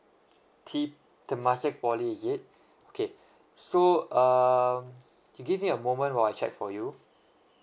t~ temasek poly is it okay so um give me a moment while I check for you